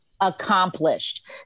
accomplished